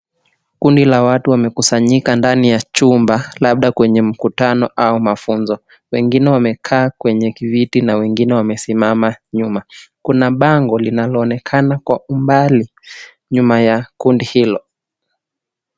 Kundi la watu wamekusanyika ndani ya chumba, labda kwenye mkutano au mafunzo. Wengine wamekaa kwenye viti na wengine wamesimama nyuma. Kuna bango linaloonekana kwa umbali nyuma ya kundi hilo.